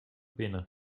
binnen